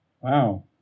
Wow